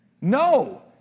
No